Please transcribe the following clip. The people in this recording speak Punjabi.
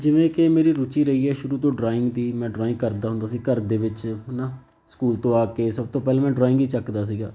ਜਿਵੇਂ ਕਿ ਮੇਰੀ ਰੁਚੀ ਰਹੀ ਹੈ ਸ਼ੁਰੂ ਤੋਂ ਡਰਾਇੰਗ ਦੀ ਮੈਂ ਡਰਾਇੰਗ ਕਰਦਾ ਹੁੰਦਾ ਸੀ ਘਰ ਦੇ ਵਿੱਚ ਹੈ ਨਾ ਸਕੂਲ ਤੋਂ ਆ ਕੇ ਸਭ ਤੋਂ ਪਹਿਲਾਂ ਮੈਂ ਡਰਾਇੰਗ ਹੀ ਚੱਕਦਾ ਸੀਗਾ